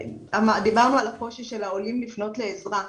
דיברנו על הקושי של העולים לפנות לעזרה.